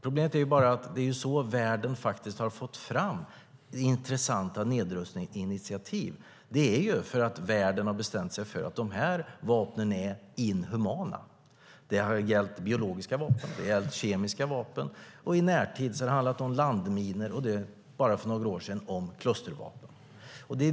Problemet är bara att det är så här världen faktiskt har fått fram intressanta nedrustningsinitiativ. Världen har bestämt sig för att de här vapnen är inhumana. Det har gällt biologiska vapen. Det har gällt kemiska vapen. I närtid har det handlat om landminor och bara för några år sedan om klustervapen.